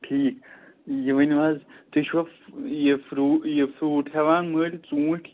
ٹھیٖک یہِ ؤنِو حظ تُہۍ چھُوا یہِ فرٛوٗ یہِ فرٛوٗٹ ہٮ۪وان مٔلۍ ژوٗنٛٹھۍ